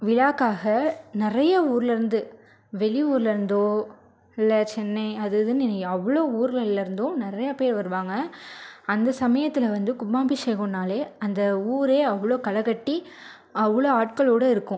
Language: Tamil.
விழாக்காக நிறைய ஊருலேருந்து வெளியூர்லேருந்தோ இல்லை சென்னை அது இதுனு அவ்வளோ ஊர்கள்லிருந்தும் நிறைய பேர் வருவாங்க அந்த சமயத்தில் வந்து கும்பாபிஷேகோம்னாலே அந்த ஊரே அவ்வளோ களைகட்டி அவ்வளோ ஆட்களோடு இருக்கும்